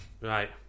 Right